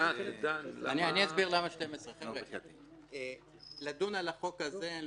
אני אסביר למה 12. לדון על החוק הזה,